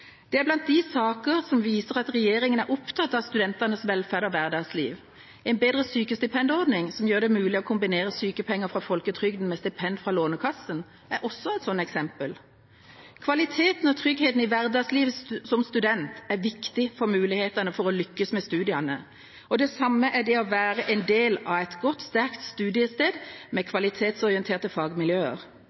Det er blant de saker som viser at regjeringa er opptatt av studentenes velferd og hverdagsliv. En bedre sykestipendordning, som gjør det mulig å kombinere sykepenger fra folketrygden med stipend fra Lånekassen, er også et slikt eksempel. Kvaliteten og tryggheten i hverdagslivet som student er viktig for mulighetene til å lykkes med studiene. Det samme er det å være en del av et godt, sterkt studiested, med kvalitetsorienterte fagmiljøer.